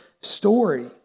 story